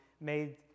made